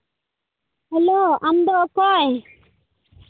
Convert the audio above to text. hello ᱟᱢᱫᱚ ᱚᱠᱚᱭ